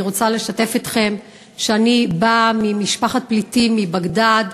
אני רוצה לשתף אתכם שאני באה ממשפחת פליטים מבגדאד.